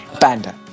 Panda